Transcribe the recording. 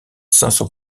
sont